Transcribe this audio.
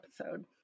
episode